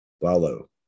follow